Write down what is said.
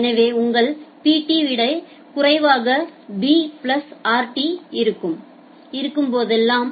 எனவே உங்கள் Pt விட குறைவாக b பிளஸ் rt ஐ இருக்கும் போதெல்லாம்